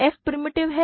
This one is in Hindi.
f प्रिमिटिव है